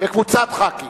וקבוצת חברי כנסת.